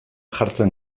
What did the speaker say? jartzen